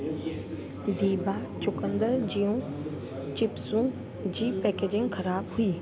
दिभा चुक़ुंदर जूं चिप्सूं जी पैकेजिंग ख़राबु हुई